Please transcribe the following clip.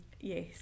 yes